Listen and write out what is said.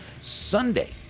Sunday